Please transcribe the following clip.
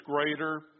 greater